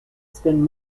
spend